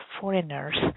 foreigners